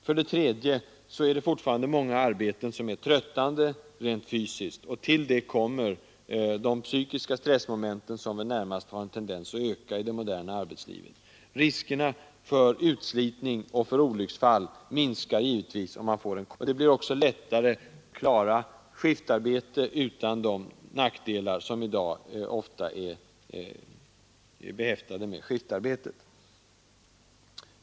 För det tredje är fortfarande många arbeten tröttande rent fysiskt. Till det kommer de psykiska stressmomenten, som närmast har en tendens att öka i det moderna arbetslivet. Riskerna för utslitning och olycksfall minskar givetvis om man får en kortare daglig arbetstid. Det blir också lättare att klara skiftarbete utan de nackdelar, som i dag ofta är förknippade med det.